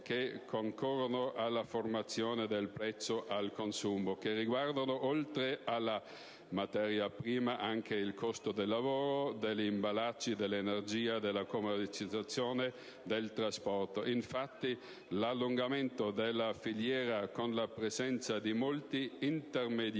che concorrono alla formazione del prezzo al consumo che riguardano, oltre alla materia prima, anche il costo del lavoro, degli imballaggi, dell'energia, della commercializzazione, del trasporto. Infatti, l'allungamento della filiera, con la presenza di molti intermediari,